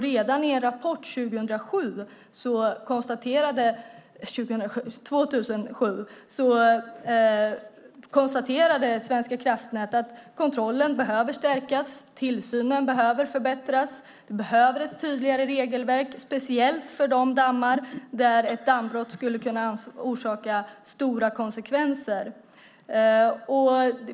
Redan i en rapport 2007 konstaterade Svenska kraftnät att kontrollen behövde stärkas och tillsynen förbättras, att det behövdes tydligare regelverk, speciellt för de dammar där ett dammbrott skulle kunna medföra stora konsekvenser.